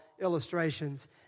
illustrations